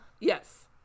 Yes